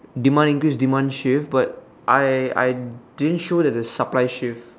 demand English demand shift but I I didn't show that the supply shift